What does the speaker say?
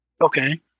Okay